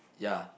ya